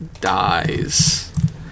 dies